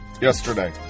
yesterday